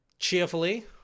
cheerfully